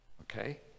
okay